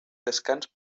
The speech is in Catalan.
descans